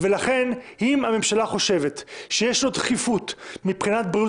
לכן אם הממשלה חושבת שיש לו דחיפות מבחינת בריאות